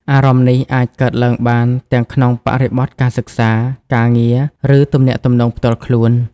អារម្មណ៍នេះអាចកើតឡើងបានទាំងក្នុងបរិបទការសិក្សា ការងារ ឬទំនាក់ទំនងផ្ទាល់ខ្លួន។